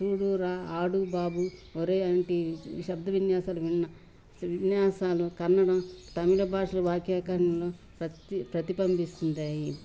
చూడూరా ఆడు బాబు ఒరే అంటి శబ్ద విన్యాసాల విన్న విన్యాసాలు కన్నడం తమిళ భాషల వాక్యాకరణంలో ప్రతి ప్రతిబంబిస్తుంటాయి